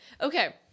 Okay